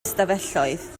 ystafelloedd